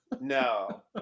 No